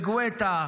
גואטה,